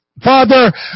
Father